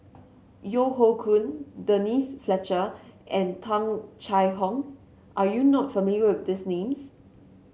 Yeo Hoe Koon Denise Fletcher and Tung Chye Hong are you not familiar with these names